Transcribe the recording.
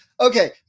Okay